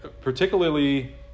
particularly